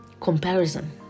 comparison